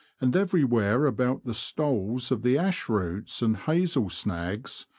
and everywhere about the stoles of the ash roots and hazel snags,